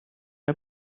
der